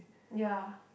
ya